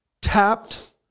tapped